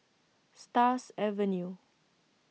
Stars Avenue